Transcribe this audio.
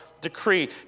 decree